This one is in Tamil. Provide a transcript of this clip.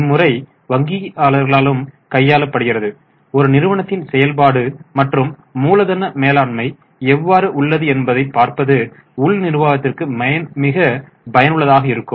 இம்முறை வங்கியாளர்களாலும் கையாளப்படுகிறது ஒரு நிறுவனத்தின் செயல்பாடு மற்றும் மூலதன மேலாண்மை எவ்வாறு உள்ளது என்பதை பார்ப்பது உள் நிர்வாகத்திற்கு மிக பயனுள்ளதாக இருக்கும்